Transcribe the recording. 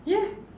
yeah